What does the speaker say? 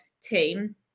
team